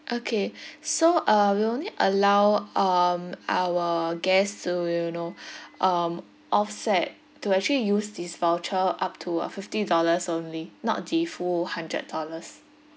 okay so uh we only allow um our guests to you know um offset to actually use this voucher up to uh fifty dollars only not the full hundred dollars